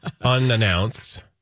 unannounced